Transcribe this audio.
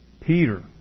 Peter